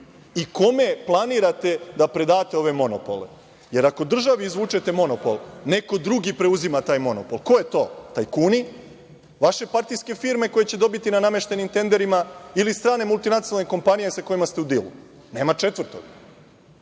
I kome planirate da predate ove monopole? Jer, ako državi izvučete monopol neko drugi preuzima taj monopol. Ko je to? Tajkuni, vaše partijske firme koje će dobiti na nameštenim tenderima ili strane multinacionalne kompanije sa kojima ste u dilu? Nema četvrtog. Ako